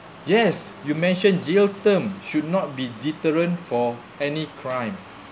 yes you mentioned jail term should not be deterrent for any crime